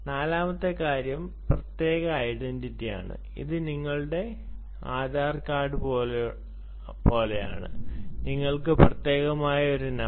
നാലാമത്തെ കാര്യം പ്രത്യേക ഐഡന്റിറ്റിയാണ് ഇത് നിങ്ങളുടെ അധാർ കാർഡ് പോലെയാണ് നിങ്ങൾക്ക് പ്രത്യേകമായ ഒരു നമ്പർ